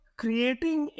creating